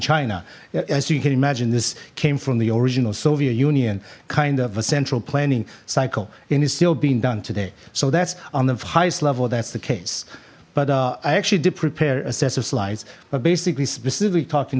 china as you can imagine this came from the original soviet union kind of a central planning cycle and is still being done today so that's on the highest level that's the case but i actually did prepare a set of slides but basically specifically talking